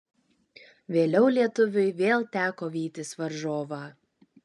vėliau lietuviui vėl teko vytis varžovą